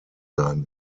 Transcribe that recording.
sein